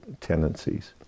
tendencies